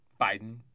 Biden